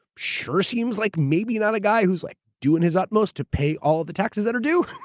sure seems like maybe not a guy who's like doing his utmost to pay all the taxes that are due.